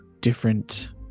different